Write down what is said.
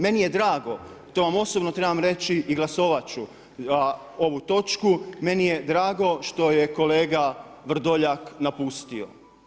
Meni je drago, to vam osobno trebam reći i glasovati ću za ovu točku, meni je drago što je kolega Vrdoljak napustio.